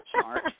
Smart